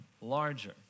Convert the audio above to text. larger